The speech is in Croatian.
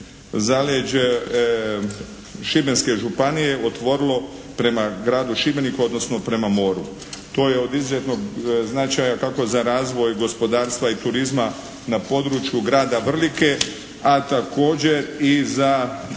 zaleđe Šibenske županije otvorilo prema gradu Šibeniku odnosno prema moru. To je od izuzetnog značaja kako za razvoj gospodarstva i turizma na području grada Vrlike a trakođer i za